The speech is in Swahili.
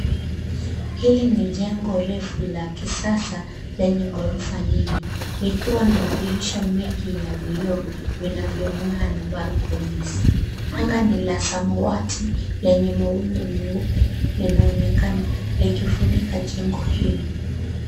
Hili ni jengo refu la kisasa lenye ghorofa nyingi likiwa na madirisha mengi ya vioo vinavyong'aa na balconies . Anga ni la samawati lenye mawingu meupe linaonekana likifunika jengo hilo.